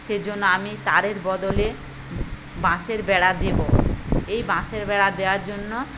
সেজন্য আমি তারের বদলে বাঁশের বেড়া দেবো এই বাঁশের বেড়া দেওয়ার জন্য